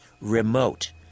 remote